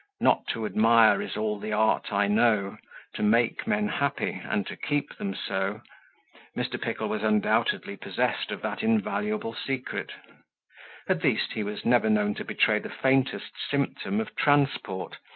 not to admire is all the art i know to make men happy, and to keep them so mr. pickle was undoubtedly possessed of that invaluable secret at least, he was never known to betray the faintest symptom of transport,